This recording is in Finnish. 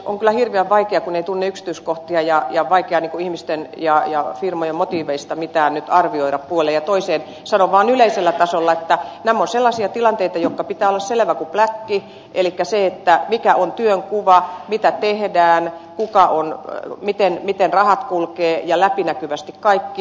on kyllä hirveän vaikea kun ei tunne yksityiskohtia ihmisten ja firmojen motiiveista mitään nyt arvioida puoleen tai toiseen mutta sanon vaan yleisellä tasolla että nämä ovat sellaisia tilanteita joiden pitää olla selvä kuin pläkki elikkä sen mikä on työnkuva mitä tehdään miten rahat kulkevat ja läpinäkyvästi tämä kaikki